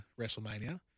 WrestleMania